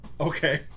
Okay